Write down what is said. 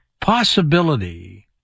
possibility